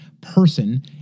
person